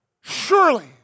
surely